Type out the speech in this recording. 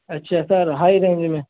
اچھا sir high range میں